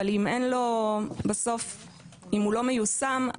אבל אם הוא לא מיושם,